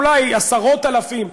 אולי עשרות אלפים,